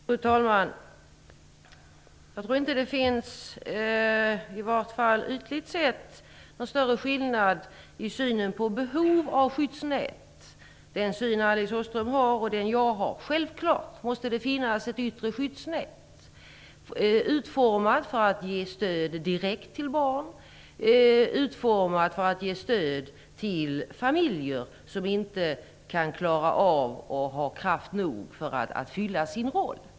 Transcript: Fru talman! Jag tror inte att det finns, i vart fall ytligt sett, någon större skillnad mellan den syn Alice Åström har och den jag har på behovet av skyddsnät. Självklart måste det finnas ett yttre skyddsnät, utformat för att ge stöd direkt till barn och för att ge stöd till familjer som inte kan klara av att ha kraft nog för att fylla sin roll.